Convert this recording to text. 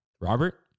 Robert